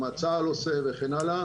מה צה"ל עושה וכן הלאה